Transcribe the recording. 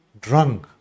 drunk